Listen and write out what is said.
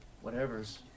whatever's